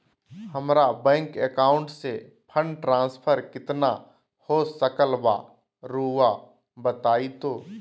हमरा bank account से fund transfer कितना का हो सकल बा रुआ बताई तो?